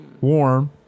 warm